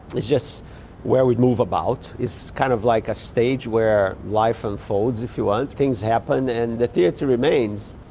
it's just where we move about, it's kind of like a stage where life unfolds, if you want, things happen and the theatre remains.